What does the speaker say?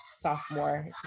sophomore